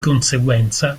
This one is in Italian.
conseguenza